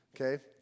Okay